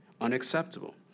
Unacceptable